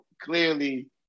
Clearly